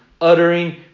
uttering